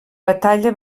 batalla